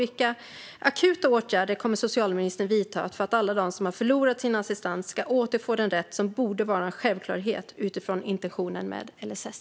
Vilka akuta åtgärder kommer socialministern att vidta för att alla de som har förlorar sin assistans ska återfå den rätt som borde vara en självklarhet utifrån intentionen med LSS?